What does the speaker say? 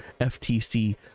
FTC